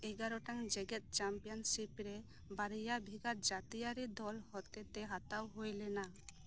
ᱮᱜᱟᱨᱚ ᱜᱚᱴᱟᱝ ᱡᱮᱜᱮᱫ ᱪᱟᱢᱯᱤᱭᱚᱱ ᱥᱤᱯ ᱨᱮ ᱵᱟᱨᱭᱟ ᱵᱷᱮᱜᱟᱨ ᱡᱟᱛᱤᱭᱟᱨᱤ ᱫᱚᱞ ᱦᱚᱛᱮᱛᱮ ᱦᱟᱛᱟᱣ ᱦᱩᱭ ᱞᱮᱱᱟ